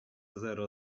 zero